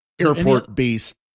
airport-based